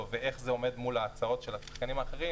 ואיך זה עומד מול ההצעות של השחקנים האחרים